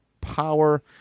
power